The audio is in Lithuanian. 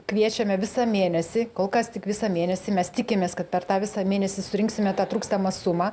kviečiame visą mėnesį kol kas tik visą mėnesį mes tikimės kad per tą visą mėnesį surinksime tą trūkstamą sumą